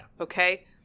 okay